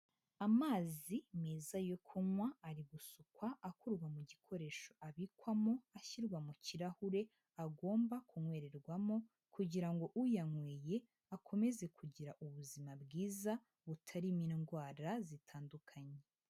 Amazi meza yo kunywa ari gusukwa akurwa mu gikoresho abikwamo ashyirwa mu kirahure agomba kunywererwamo kugira ngo uyanyweye akomeze kugira ubuzima bwiza butarimo indwara zitandukanye.